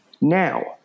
Now